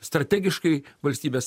strategiškai valstybės